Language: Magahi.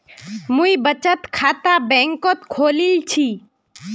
मुई बचत खाता बैंक़त खोलील छि